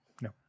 No